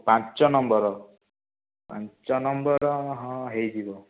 ପାଞ୍ଚ ନମ୍ବର ପାଞ୍ଚ ନମ୍ବର ହଁ ହେଇଯିବ